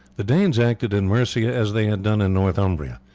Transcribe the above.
the danes acted in mercia as they had done in northumbria.